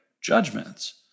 judgments